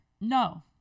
No